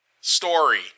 story